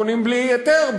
בונים בלי היתר,